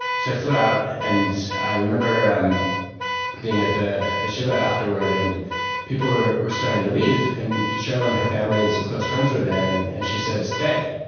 so i flew out. and i remember being at the the shiva afterward, and people were were starting to leave, and sheryl and her family and some close friends were there. and and she said, stay.